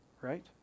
right